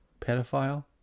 pedophile